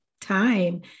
time